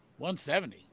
170